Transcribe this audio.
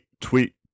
tweet